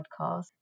podcast